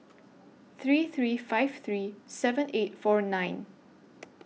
three three five three seven eight four nine